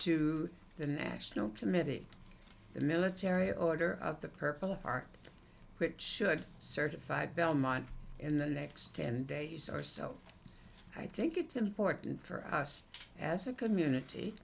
to the national committee the military order of the purple heart which should certify belmont in the next ten days or so i think it's important for us as a community